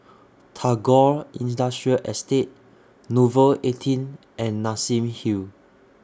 Tagore Industrial Estate Nouvel eighteen and Nassim Hill